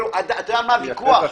אתה יודע על מה הוויכוח?